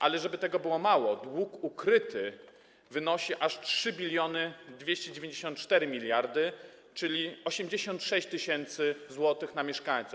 Ale jakby tego było mało, dług ukryty wynosi aż 3294 mld zł, czyli 86 tys. zł na mieszkańca.